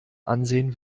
ansehen